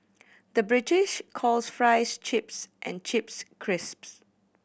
the British calls fries chips and chips crisps